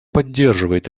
поддерживает